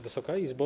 Wysoka Izbo!